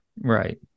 right